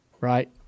right